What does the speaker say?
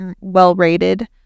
well-rated